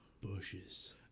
bushes